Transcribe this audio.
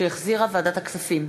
שהחזירה ועדת הכספים.